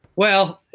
well,